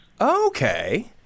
Okay